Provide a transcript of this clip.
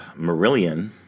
Marillion